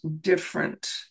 different